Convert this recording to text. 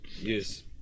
yes